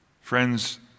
Friends